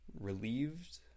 relieved